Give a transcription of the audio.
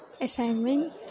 assignment